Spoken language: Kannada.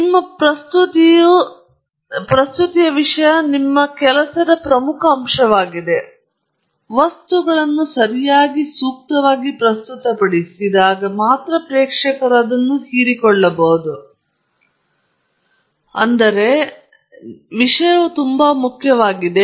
ನಿಮ್ಮ ಪ್ರಸ್ತುತಿಯ ನಿಮ್ಮ ವಿಷಯವು ನಿಮ್ಮ ಎಲ್ಲ ಕೆಲಸದ ಪ್ರಮುಖ ಅಂಶವಾಗಿದೆ ಎಲ್ಲಾ ಇತರ ವಿಷಯಗಳು ಅದನ್ನು ಮಾಡಲು ಸಹಾಯ ಮಾಡುತ್ತದೆ ವಸ್ತುಗಳನ್ನು ಸರಿಯಾಗಿ ಸೂಕ್ತವಾಗಿ ಪ್ರಸ್ತುತಪಡಿಸಿ ಮತ್ತು ಪ್ರೇಕ್ಷಕರು ಅದನ್ನು ಹೀರಿಕೊಳ್ಳಬಹುದು ಆದರೆ ವಿಷಯವು ತುಂಬಾ ಮುಖ್ಯವಾಗಿದೆ